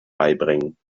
beibringen